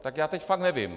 Tak já teď fakt nevím.